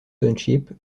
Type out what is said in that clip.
township